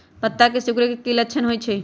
पत्ता के सिकुड़े के की लक्षण होइ छइ?